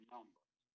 Numbers